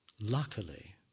luckily